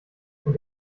und